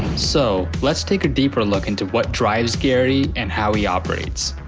so, let's take a deeper look into what drives gary, and how he operates.